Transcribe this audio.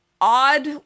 odd